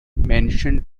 mentioned